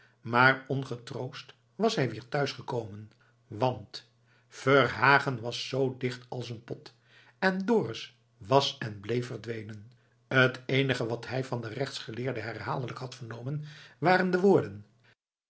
maar ongetroost was hij weer thuis gekomen want verhagen was zoo dicht als een pot en dorus was en bleef verdwenen t eenige wat hij van den rechtsgeleerde herhaaldelijk had vernomen waren de woorden